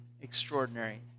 extraordinary